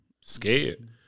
scared